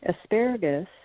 Asparagus